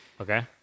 Okay